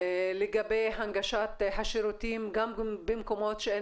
לגבי הנגשת השירותים גם במקומות שאין